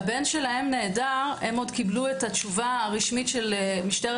כשהבן שלהם נעדר הם עוד קיבלו את התשובה הרשמית של משטרת